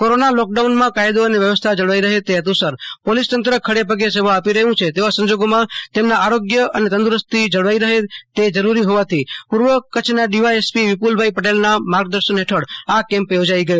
corona લોકડાઉનમાં કાથદો અને વ્યવસ્થા જળવાઈ રફે તે ફેતુસર પોલીસ તંત્ર ખડેપગે સેવા આપી રહ્યું છે તેવા સંજોગોમાં તેમના આરોગ્ય અને તંદુરસ્તી જળવાઈ રહે તે જરૂરી હોવાથી પૂર્વ કચ્છના ડીવાય એસપી વિપુલભાઈ પટેલના માર્ગદર્શન ફેઠળ આ કેમ્પ યોજાઈ ગયો